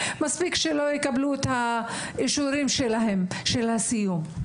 מספיק שלא יקבלו את האישורים שלהם של הסיום.